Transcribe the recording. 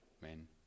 men